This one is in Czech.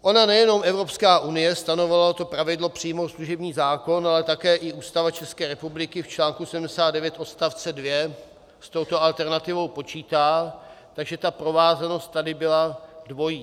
Ona nejenom Evropská unie stanovila to pravidlo přijmout služební zákon, ale také Ústava České republiky v článku 79 odst. 2 s touto alternativou počítá, takže ta provázanost tady byla dvojí.